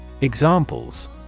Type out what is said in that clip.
Examples